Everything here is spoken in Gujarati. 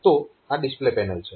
તો આ ડિસ્પ્લે પેનલ છે